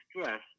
stress